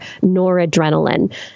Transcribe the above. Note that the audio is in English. noradrenaline